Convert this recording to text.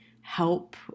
help